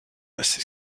macé